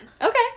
Okay